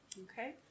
okay